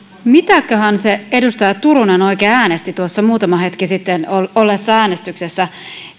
mitäköhän se edustaja turunen oikein äänesti tuossa muutama hetki sitten olleessa äänestyksessä